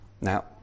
Now